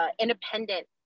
independent